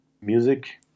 music